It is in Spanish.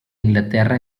inglaterra